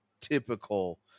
typical